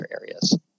areas